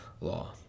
law